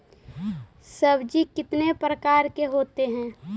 सब्जी कितने प्रकार के होते है?